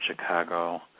Chicago